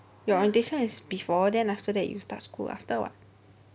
your orientation is before then after that you start school after [what]